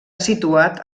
situat